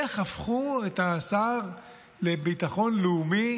איך הפכו את השר לביטחון לאומי